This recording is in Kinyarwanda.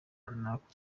n’ako